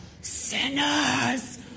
Sinners